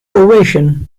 ovation